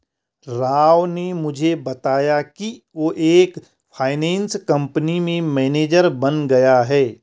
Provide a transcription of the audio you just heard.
राव ने मुझे बताया कि वो एक फाइनेंस कंपनी में मैनेजर बन गया है